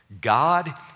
God